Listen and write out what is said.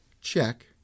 check